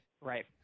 Right